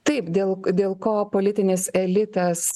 taip dėl dėl ko politinis elitas